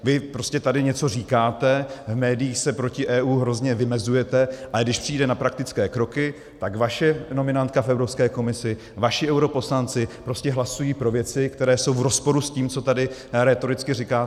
Vy prostě tady něco říkáte, v médiích se proti EU hrozně vymezujete, ale když přijde na praktické kroky, tak vaše nominantka v Evropské komisi, vaši europoslanci prostě hlasují pro věci, které jsou v rozporu s tím, co tady rétoricky říkáte.